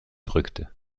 drückte